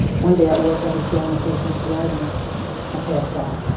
one day at work i was drawing a. patient's blood and i passed out